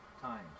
times